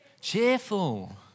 Cheerful